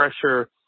pressure